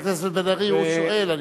חבר הכנסת בן-ארי, הוא שואל.